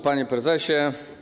Panie Prezesie!